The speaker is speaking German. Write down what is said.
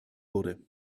wurde